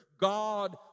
God